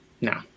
No